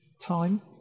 time